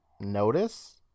notice